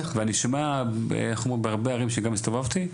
ואני שומע בהרבה ערים שגם הסתובבתי,